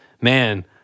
man